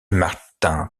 martin